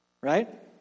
Right